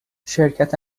شرکت